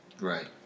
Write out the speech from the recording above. Right